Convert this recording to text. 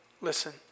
listen